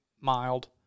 mild